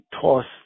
tossed